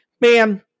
Man